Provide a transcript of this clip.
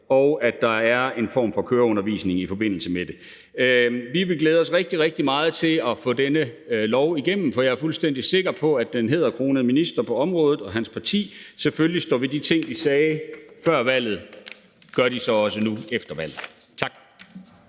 og der er en form for køreundervisning i forbindelse med det. Vi vil glæde os rigtig, rigtig meget til at få denne lov igennem, for jeg er fuldstændig sikker på, at den hæderkronede minister på området og hans parti selvfølgelig står ved de ting, de sagde før valget. Tak. Kl. 14:59 Fjerde